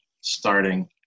starting